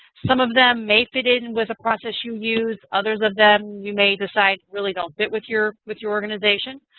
some of them may fit in with a process you use. others of them you may decide really don't fit with your with your organization.